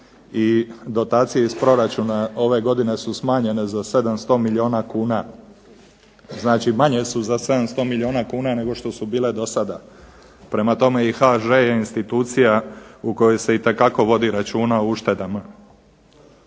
i dotacije iz proračuna ove godine su smanjene za 700 milijuna kuna, znači manje su za 700 milijuna kuna nego što su bile do sada. Prema tome i HŽ je institucija u kojoj se itekako vodi računa o uštedama.